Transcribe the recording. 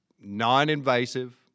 non-invasive